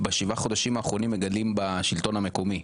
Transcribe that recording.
בשבעה חודשים האחרונים בשלטון המקומי.